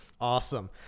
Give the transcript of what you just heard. Awesome